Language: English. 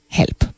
help